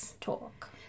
talk